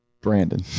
Brandon